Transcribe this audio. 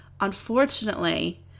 Unfortunately